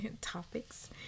topics